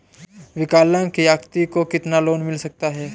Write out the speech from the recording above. विकलांग व्यक्ति को कितना लोंन मिल सकता है?